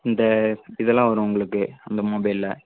இந்த இதெல்லாம் வரும் உங்களுக்கு இந்த மொபைலில்